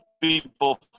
people